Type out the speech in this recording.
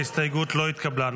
ההסתייגות לא התקבלה.